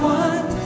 one